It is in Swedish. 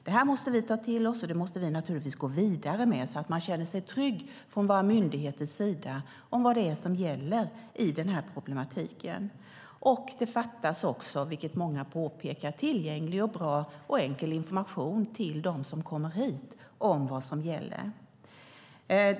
Detta måste vi ta till oss och gå vidare med så att man från våra myndigheters sida känner sig trygg med vad det är som gäller i denna problematik. Det fattas också, vilket många påpekar, tillgänglig, bra och enkel information till dem som kommer hit om vad som gäller.